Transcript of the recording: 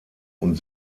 und